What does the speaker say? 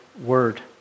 word